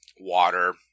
water